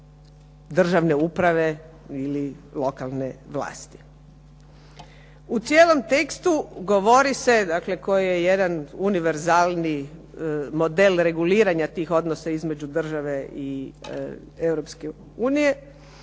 državne uprave ili lokalne vlasti. U cijelom tekstu govori se, dakle koji je jedan univerzalni model reguliranja tih odnosna između države i